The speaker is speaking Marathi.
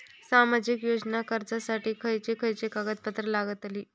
सामाजिक योजना अर्जासाठी खयचे खयचे कागदपत्रा लागतली?